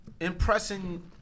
impressing